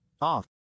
Off